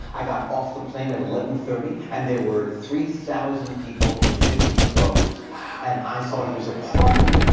i got off the plane at eleven thirty and there were three thousand people in fifty s clothes and i thought it was a party.